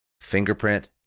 fingerprint